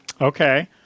Okay